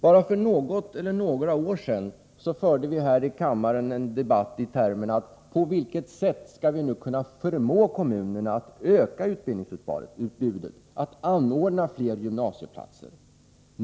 Bara för något eller några år sedan förde vi här i kammaren en debatt som handlade om på vilket sätt vi skulle kunna förmå kommunerna att öka utbildningsutbudet, att anordna fler gymnasieplatser.